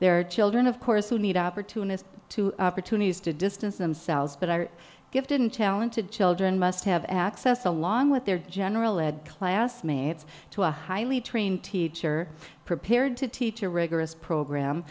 there are children of course who need opportunist to opportunities to distance themselves but are gifted and talented children must have access along with their general ed classmates to a highly trained teacher prepared to teach a rigorous program